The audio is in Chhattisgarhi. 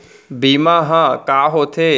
बीमा ह का होथे?